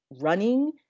running